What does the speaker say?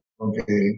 okay